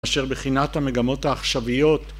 מאשר בחינת המגמות העכשוויות